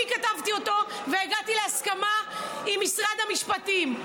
אני כתבתי אותו, והגעתי להסכמה עם משרד המשפטים.